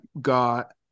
got